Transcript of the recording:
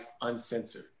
uncensored